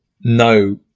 No